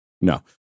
No